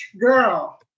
Girl